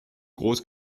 groß